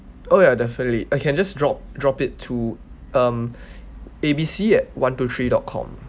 oh ya definitely uh can just drop drop it to um A B C at one two three dot com